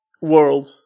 world